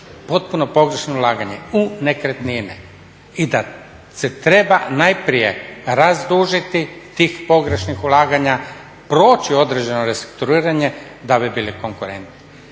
potpuno pogrešno ulaganje u nekretnine. I da se treba najprije razdužiti tih pogrešnih ulaganja, proći određeno restrukturiranje da bi bili konkurentni.